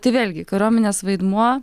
tai vėlgi kariuomenės vaidmuo